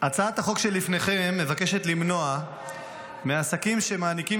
הצעת החוק שלפניכם מבקשת למנוע מהעסקים שמעניקים